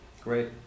Great